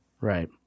right